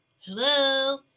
Hello